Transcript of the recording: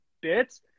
bits